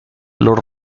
los